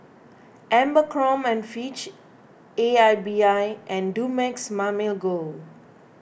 Abercrombie and Fitch A I B I and Dumex Mamil Gold